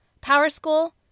PowerSchool